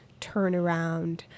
turnaround